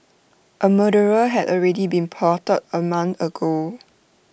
A murderer had already been plotted A month ago